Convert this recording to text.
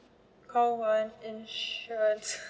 call one insurance